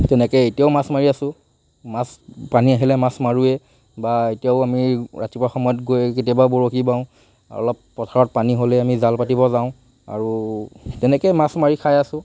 তেনেকৈ এতিয়াও মাছ মাৰি আছোঁ মাছ পানী আহিলে মাছ মাৰোৱেই বা এতিয়াও আমি ৰাতিপুৱা সময়ত গৈ কেতিয়াবা বৰশী বাওঁ আৰু অলপ পথাৰত পানী হ'লেই আমি জাল পাতিব যাওঁ আৰু তেনেকেই মাছ মাৰি খাই আছোঁ